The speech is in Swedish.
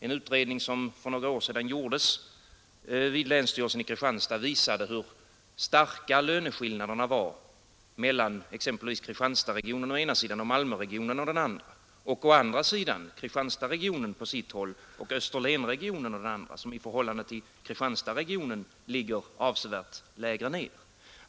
En utredning som för några år sedan gjordes vid länsstyrelsen i Kristianstad visade hur stora löneskillnaderna var mellan exempelvis å ena sidan Kristianstadregionen och Malmöregionen och å andra sidan mellan Kristianstadregionen och Österlenregionen. Den senare ligger i förhållande till Kristianstadregionen avsevärt lägre.